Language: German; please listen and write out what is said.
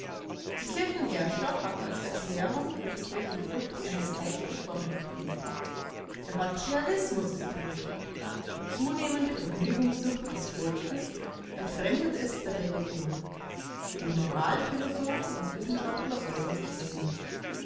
die kirchenherrscher haben als erklärung für die kirchenflucht eine seichte formel gefunden der materialismus ist daran schuld die zunehmende vergnügungssucht des volkes entfremdet es der religion die moralphilosophen und wissenschaftler äußern sich ähnlich